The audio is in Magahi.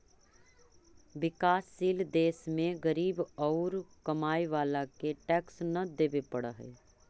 विकासशील देश में गरीब औउर कमाए वाला के टैक्स न देवे पडऽ हई